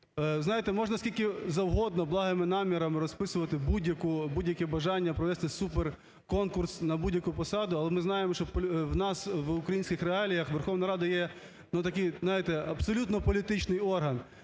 знаєте, можна скільки завгодно благими намірами розписувати будь-яке бажання провести суперконкурс на будь-яку посаду, але ми знаємо, що у нас в українських реаліях Верховна Рада є, ну, такий, знаєте, абсолютно політичний орган.